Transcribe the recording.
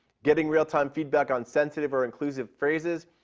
getting real time feedback on sensitive or inclusive phrases,